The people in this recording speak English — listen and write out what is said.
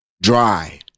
dry